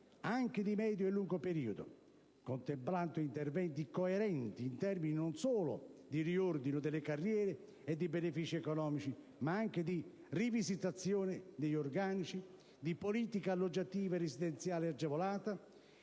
anche di medio e lungo periodo, contemplando interventi coerenti in termini non solo di riordino delle carriere e di benefici economici, ma anche di rivisitazione degli organici, di politica alloggiativa residenziale agevolata,